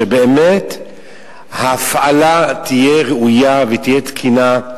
שבאמת ההפעלה תהיה ראויה ותהיה תקינה,